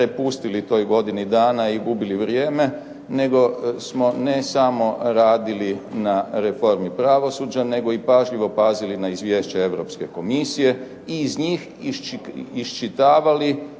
toj godini dana i gubili vrijeme, nego smo ne samo radili na reformi pravosuđa, nego i pažljivo pazili na izvješće Europske komisije i iz njih iščitavali